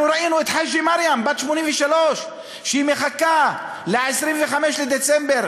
אנחנו ראינו את חאג'י מרים בת 83 שמחכה ל-25 בדצמבר,